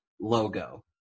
logo